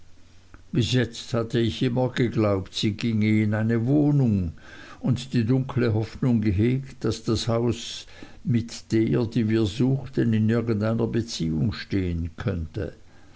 bis jetzt hatte ich immer geglaubt sie ginge in eine wohnung und die dunkle hoffnung gehegt daß das haus mit der die wir suchten in irgendeiner beziehung stehen könnte